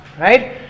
right